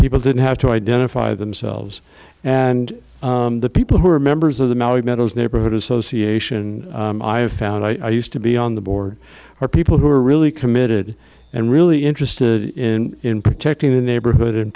people didn't have to identify themselves and the people who are members of the metals neighborhood association i have found i used to be on the board are people who are really committed and really interested in protecting the neighborhood and